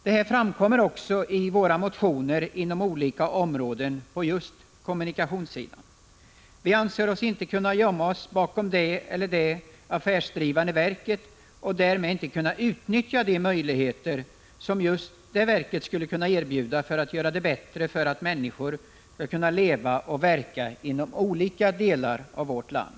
Detta framkommer också i våra motioner inom olika områden på just kommunikationssidan. Vi anser inte att vi kan gömma oss bakom det och det affärsdrivande verket, eftersom vi då inte kan utnyttja de möjligheter som just detta verk skulle kunna erbjuda för att göra det bättre för människor att leva och verka inom olika delar av vårt land.